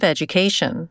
Education